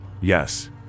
Yes